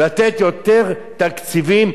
לתת יותר תקציבים,